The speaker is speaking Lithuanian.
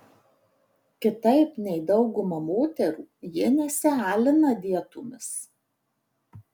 kitaip nei dauguma moterų ji nesialina dietomis